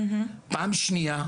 בפעם השנייה,